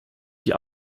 die